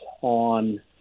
on